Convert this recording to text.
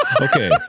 Okay